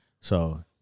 So-